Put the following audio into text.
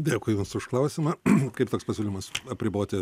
dėkui jums už klausimą kaip toks pasiūlymas apriboti